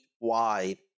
wide